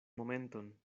momenton